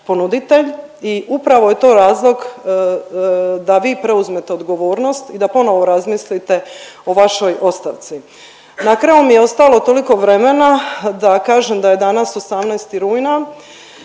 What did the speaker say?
i upravo je to razlog da vi preuzmete odgovornost i da ponovo razmislite o vašoj ostavci. Na kraju mi je ostalo toliko vremena da kažem da je danas 18. rujna